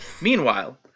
Meanwhile